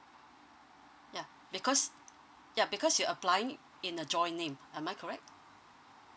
ya because ya because you're applying in a joint name am I correct